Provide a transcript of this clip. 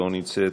לא נמצאת,